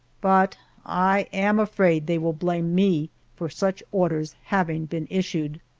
but i am afraid they will blame me for such orders having been issued.